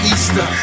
Easter